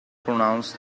pronounced